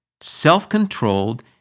self-controlled